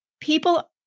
People